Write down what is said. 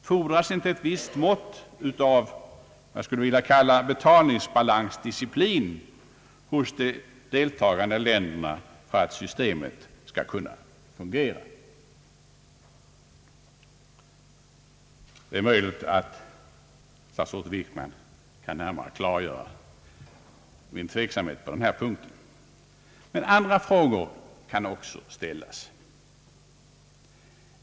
Fordras inte ett visst mått av vad jag skulle vilja kalla betalningsbalansdisciplin hos de deltagande länderna för att systemet skall kunna fungera? Det är möjligt att statsrådet Wickman kan skingra min okunnighet på denna punkt. Även andra frågor kan ställas.